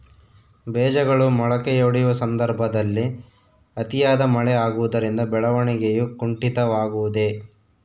ಬೇಜಗಳು ಮೊಳಕೆಯೊಡೆಯುವ ಸಂದರ್ಭದಲ್ಲಿ ಅತಿಯಾದ ಮಳೆ ಆಗುವುದರಿಂದ ಬೆಳವಣಿಗೆಯು ಕುಂಠಿತವಾಗುವುದೆ?